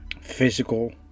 physical